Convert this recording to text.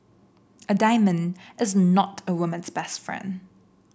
a diamond is not a woman's best friend